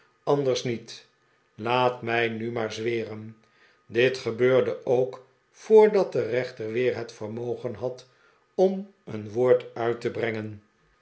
anders niet laat mij nu maar zweren dit gebeurde ook voordat de rechter weer het vermogen had om een woord uit te brengen